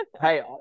Hey